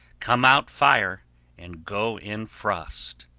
come out fire and go in frost.